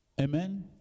amen